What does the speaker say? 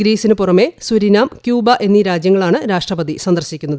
ഗ്രീസിന് പുറമെ Suriname Cuba എന്നീ രാജ്യങ്ങളാണ് രാഷ്ട്രപതി സന്ദർശിക്കുന്നത്